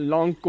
Long